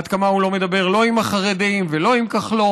עד כמה הוא לא מדבר לא עם החרדים ולא עם כחלון,